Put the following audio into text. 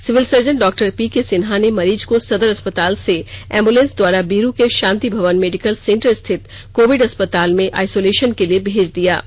civil surgeon doctor P K Sinha ने मरीज को सदर अस्पताल से एम्बुलेंस द्वारा बीरू के शांति भवन मेडिकल सेन्टर स्थित कोविड अस्पताल में आईसोलेशन के लिए भेज दिया है